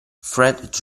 fred